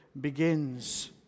begins